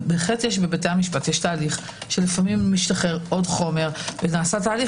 בהחלט בבתי המשפט יש תהליך שלפעמים משתחרר חומר ונעשה תהליך.